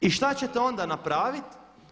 I šta ćete onda napraviti?